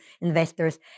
investors